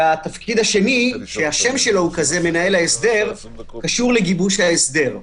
הכובע השני כי השם שלו הוא מנהל ההסדר קשור לגיבוש ההסדר.